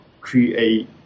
create